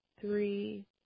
three